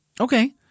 Okay